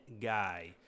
guy